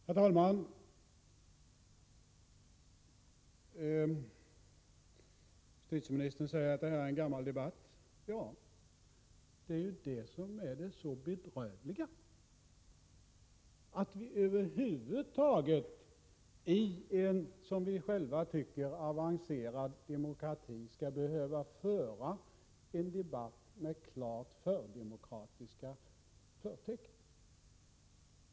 Herr talman! Justitieministern säger att det här är en gammal debatt. Ja, och det är ju det som är så bedrövligt. Att vi över huvud taget i en, som vi själva tycker, avancerad demokrati skall behöva föra en debatt med klart fördemokratiska förtecken är bedrövligt.